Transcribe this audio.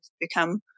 become